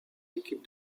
équipe